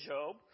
Job